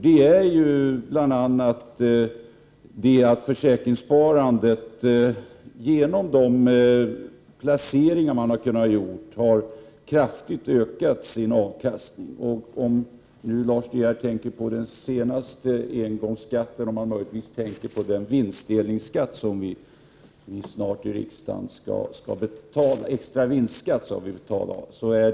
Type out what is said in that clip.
Det gäller bl.a. att försäkringssparandet kraftigt har ökat sin avkastning genom de placeringar man har kunnat göra. Lars De Geer tänker kanske på den senaste engångsskatten eller möjligtvis på den extra vinstdelningsskatt som vi i riksdagen snart skall ta upp.